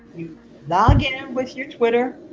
you log in with you're twitter,